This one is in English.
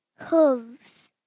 hooves